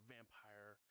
Vampire